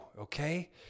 okay